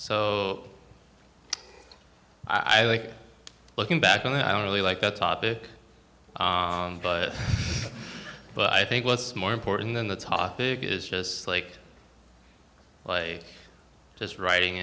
o i like looking back on it i don't really like that topic but but i think what's more important than the topic is just like well a just writing